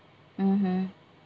mmhmm